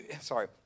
sorry